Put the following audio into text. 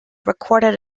recorded